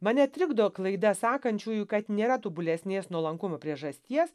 mane trikdo klaida sakančiųjų kad nėra tobulesnės nuolankumo priežasties